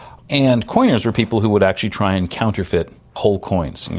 and coiners were people who would actually try and counterfeit whole coins, you